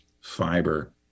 fiber